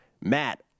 Matt